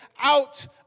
out